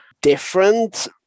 different